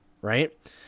Right